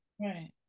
Right